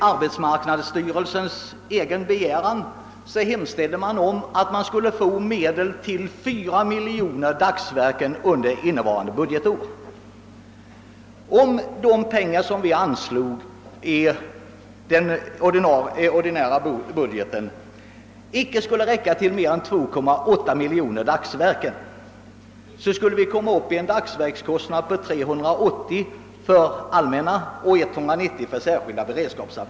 Arbetsmarknadssty relsen begärde själv medel till 4 miljoner dagsverken under innevarande budgetår. Om de pengar som har anvisats i den ordinarie budgeten inte skulle räcka till mer än 2,8 miljoner dagsverken, skulle vi komma upp i en dagsverkskostnad på 380 kronor för allmänna och 190 kronor för särskilda beredskapsarbeten.